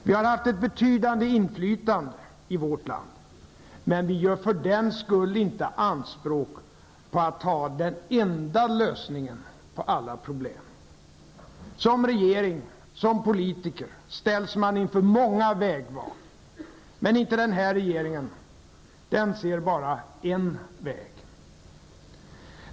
Fru talman! Den borgerliga regeringen kallar sin politik för den ''enda'' vägen. Det är den enda vägen att åstadkomma tillväxt, säger de. Socialdemokraterna har styrt Sverige i 53 av de senaste 60 åren. Under de åren har vi fått uppleva mycket stora framsteg, och -- inte minst viktigt -- alla har fått del av dessa framsteg. Vi har haft ett betydande inflytande i vårt land, men vi gör för den skull inte anspråk på att ha den enda lösningen på alla problem. Som regering, som politiker ställs man inför många vägval, men inte den här regeringen, den ser bara en väg.